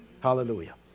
Hallelujah